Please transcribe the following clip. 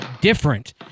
different